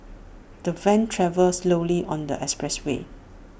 the van travelled slowly on the expressway